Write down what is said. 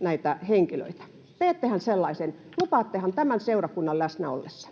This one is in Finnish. näitä henkilöitä. Teettehän sellaisen? Lupaattehan tämän seurakunnan läsnä ollessa?